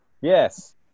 Yes